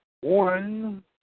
one